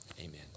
Amen